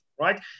right